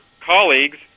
colleagues